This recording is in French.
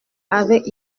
avec